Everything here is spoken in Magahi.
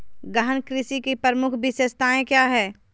गहन कृषि की प्रमुख विशेषताएं क्या है?